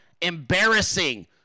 embarrassing